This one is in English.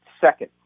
second